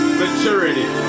maturity